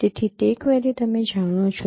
તેથી તે ક્વેરી તમે જાણો છો